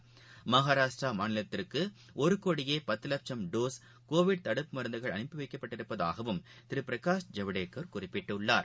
Covid மகாராஷ்ட்ராமாநிலத்திற்குஒருகோடியேபத்துவட்சம் dose தடுப்பு மருந்துகள் அனுப்பிவைக்கப்பட்டுள்ளதாகவும் திருபிரகாஷ் ஜவடேகர் குறிப்பிட்டார்